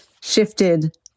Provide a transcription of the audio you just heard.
shifted